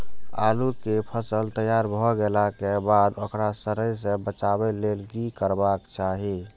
आलू केय फसल तैयार भ गेला के बाद ओकरा सड़य सं बचावय लेल की करबाक चाहि?